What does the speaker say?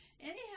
Anyhow